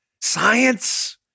science